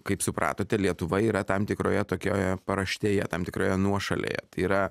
kaip supratote lietuva yra tam tikroje tokioje paraštėje tam tikroje nuošalėje yra